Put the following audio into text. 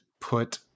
put